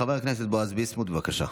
חבר הכנסת בועז ביסמוט, בבקשה.